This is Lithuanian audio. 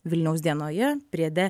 vilniaus dienoje priede